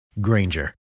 Granger